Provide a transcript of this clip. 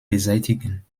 beseitigen